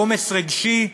עומס רגשי,